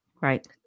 Right